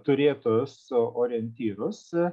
turėtus orientyrus